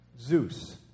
Zeus